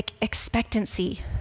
expectancy